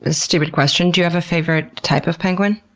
ah stupid question. do you have a favorite type of penguin?